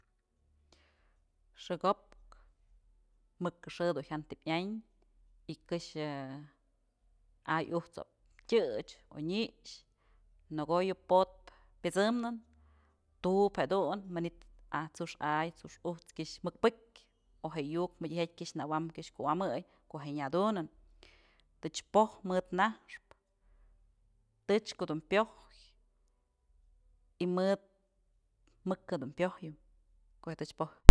Xë ko'opkë, mëk xë dun jyantën yan y këxë a'ay ujt's ob tyëch o ñix nëkoyë po'otpë pysëmnë tu'ubë jedun manytë aj t'sux a'ay t'sux ujt's kyëx mëkpëkyë o je'e yuk mëdyjatyë kyëx nëwam kyëx kuwamëy ko'o je'e nyadunë tëch o'oj mëd naxpë tëch jedun pyojyë y mëd mëk jedun pyojyëm ko'o yë tëch po'oj.